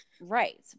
Right